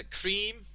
Cream